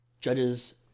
judges